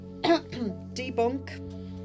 debunk